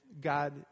God